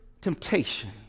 temptation